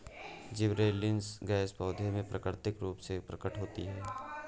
gibberellins gas पौधों में प्राकृतिक रूप से प्रकट होती है